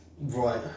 right